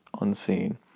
unseen